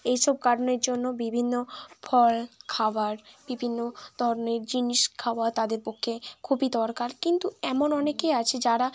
এই সব কারণের জন্য বিভিন্ন ফল খাবার বিভিন্ন ধরনের জিনিস খাওয়া তাদের পক্ষে খুবই দরকার কিন্তু এমন অনেকে আছে যারা